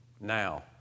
Now